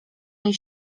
jej